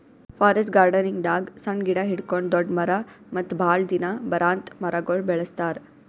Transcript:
forest ಗಾರ್ಡನಿಂಗ್ದಾಗ್ ಸಣ್ಣ್ ಗಿಡ ಹಿಡ್ಕೊಂಡ್ ದೊಡ್ಡ್ ಮರ ಮತ್ತ್ ಭಾಳ್ ದಿನ ಬರಾಂತ್ ಮರಗೊಳ್ ಬೆಳಸ್ತಾರ್